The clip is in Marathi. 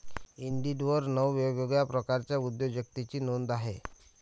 इंडिडवर नऊ वेगवेगळ्या प्रकारच्या उद्योजकतेची नोंद आहे